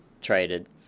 traded